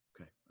okay